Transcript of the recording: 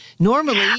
Normally